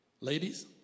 ladies